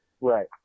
Right